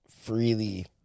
freely